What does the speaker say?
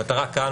המטרה כאן,